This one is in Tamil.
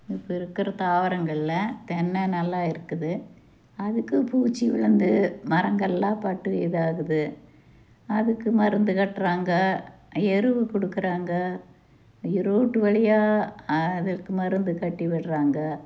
இப்போ இருக்கிற தாவரங்களில் தென்னை நல்லா இருக்குது அதுக்கு பூச்சி விழுந்து மரங்கள்லாம் பட்டு இதாக ஆகுது அதுக்கு மருந்து கட்டுறாங்க எருவு கொடுக்குறாங்க ரூட்டு வழியாக அதுக்கு மருந்து கட்டி விடுறாங்க